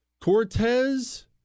Cortez